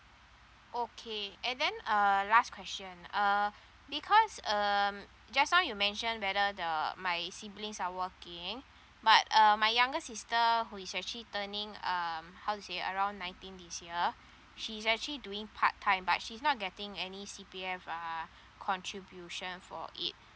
okay and then uh last question uh because um just now you mentioned whether the my siblings are working but um my younger sister who is actually turning um how to say around ninteen this year she's actually doing part time but she's not getting any C_P_F uh contribution for it